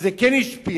וזה כן השפיע.